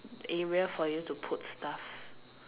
area for you to put stuff